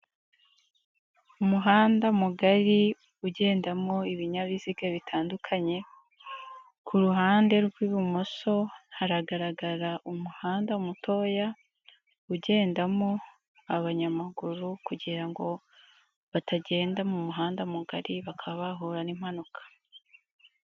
Umuhanda mugari ugendamo ibinyabiziga bitandukanye, ku ruhande rw'ibumoso hagarara umuhanda mutoya ugendamo abanyamaguru kugira ngo batagenda mu muhanda mugari bakaba bahura n'impanuka.